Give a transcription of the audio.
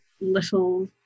little